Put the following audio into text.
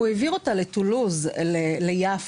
הוא העביר אותה לטולוז, ליפו.